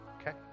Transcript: okay